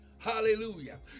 Hallelujah